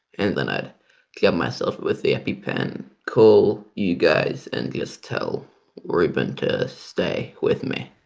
and then i'd jab myself with the epi-pen, call you guys and just tell reuben to stay with me.